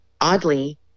oddly